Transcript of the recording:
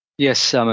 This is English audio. Yes